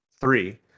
three